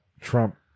Trump